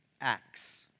acts